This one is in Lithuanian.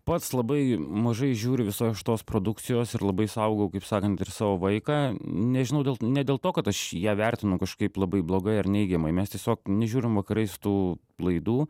pats labai mažai žiūriu visos šitos produkcijos ir labai saugau kaip sakant ir savo vaiką nežinau dėl ne dėl to kad aš ją vertinu kažkaip labai blogai ar neigiamai mes tiesiog nežiūrim vakarais tų laidų